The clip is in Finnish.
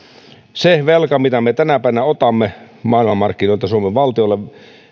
se velka mitä me tänä päivänä otamme maailmanmarkkinoilta suomen valtiolle